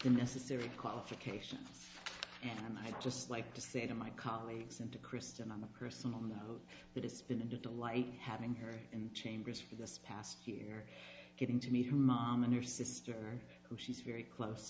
the necessary qualifications and i just like to say to my colleagues and to kristen on a personal note that it's been a delight having her in chambers for this past year getting to meet her mom and her sister who she's very close